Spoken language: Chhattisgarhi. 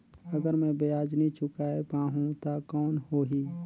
अगर मै ब्याज नी चुकाय पाहुं ता कौन हो ही?